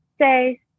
say